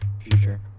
future